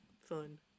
Fun